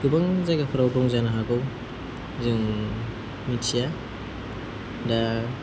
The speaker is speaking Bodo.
गोबां जायगाफ्राव दं जानो हागौ जों मिन्थिया दा